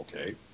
okay